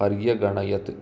पर्यगणयत्